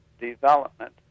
development